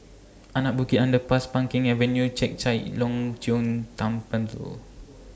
Anak Bukit Underpass Peng Kang Avenue Chek Chai Long Chuen